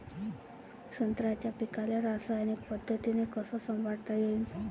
संत्र्याच्या पीकाले रासायनिक पद्धतीनं कस संभाळता येईन?